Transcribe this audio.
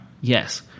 Yes